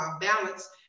balance